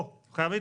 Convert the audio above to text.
הוא חייב להתפטר.